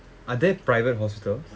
are there private hospitals